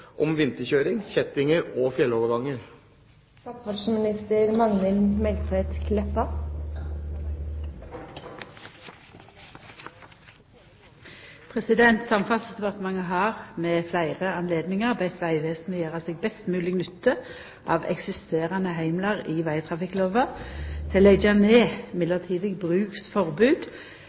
om vinterkjøring, kjettinger og fjelloverganger?» Samferdselsdepartementet har ved fleire høve bedt Vegvesenet gjera seg best mogleg nytte av eksisterande heimlar i vegtrafikklova til å leggja ned midlertidig bruksforbod